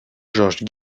george